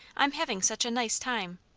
i'm having such a nice time.